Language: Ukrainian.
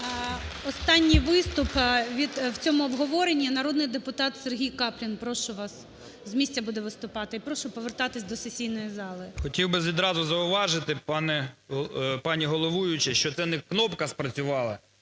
Останні виступ у цьому обговоренні. Народний депутат Сергій Каплін, прошу вас. З місця буде виступати. І прошу повертатися до сесійної зали. 13:09:11 КАПЛІН С.М. Хотів би відразу зауважити, пані головуюча, що це не кнопка спрацювала,